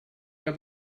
der